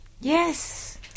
Yes